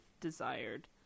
desired